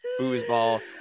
foosball